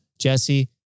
Jesse